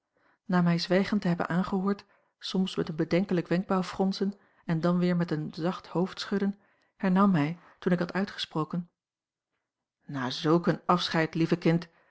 mij zwijgend te hebben aangehoord soms met een bedenkelijk wenkbrauwfronsen en dan weer met een zacht hoofdschudden hernam hij toen ik had uitgesproken na zulk een afscheid lieve kind